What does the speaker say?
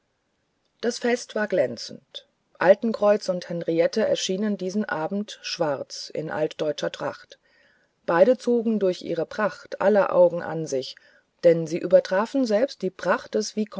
das fest war glänzend altenkreuz und henriette erschienen diesen abend schwarz in altdeutscher tracht beide zogen durch ihre pracht aller augen an sich denn sie übertrafen selbst die pracht des